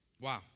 Wow